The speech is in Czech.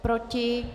Proti?